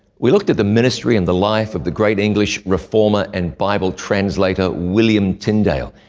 we looked at the ministry and the life of the great english reformer and bible translator william tyndale,